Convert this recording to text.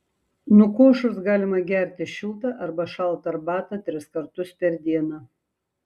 nukošus galima gerti šiltą arba šaltą arbatą tris kartus per dieną